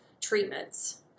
treatments